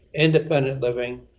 independent living,